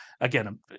again